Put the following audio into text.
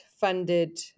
funded